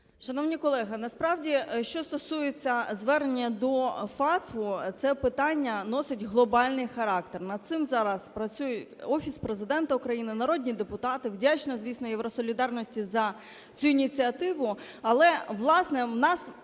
Шановні колеги, насправді, що стосується звернення до FATF, це питання носить глобальний характер. Над цим зараз працює Офіс Президента України, народні депутати. Вдячна, звісно, "Євросолідарності" за цю ініціативу. Але, власне, у нас